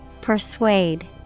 Persuade